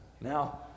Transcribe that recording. Now